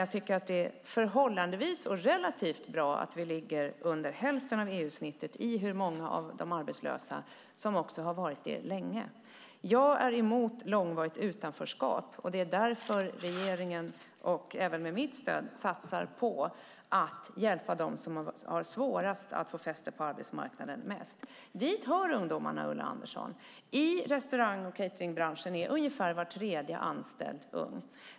Jag tycker att det är relativt bra att vi ligger under hälften av EU-snittet i hur många av de arbetslösa som har varit arbetslösa länge. Jag är emot långvarigt utanförskap. Därför satsar regeringen på att mest hjälpa dem som har svårast att få fäste på arbetsmarknaden. Dit hör ungdomarna, Ulla Andersson. I restaurang och cateringbranschen är ungefär var tredje anställd ung.